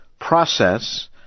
process